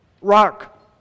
Rock